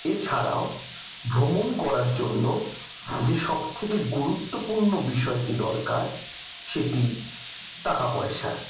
এছাড়াও ভ্রমণ করার জন্য যে সবথেকে গুরুত্বপূর্ণ বিষয়টি দরকার সেটি টাকা পয়সা